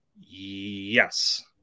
Yes